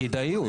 כדאיות.